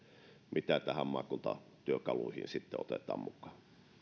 mitä maakuntatyökaluihin otetaan mukaan